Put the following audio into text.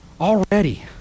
Already